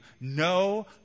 No